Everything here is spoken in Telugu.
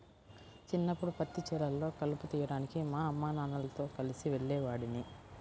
చిన్నప్పడు పత్తి చేలల్లో కలుపు తీయడానికి మా అమ్మానాన్నలతో కలిసి వెళ్ళేవాడిని